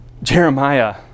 Jeremiah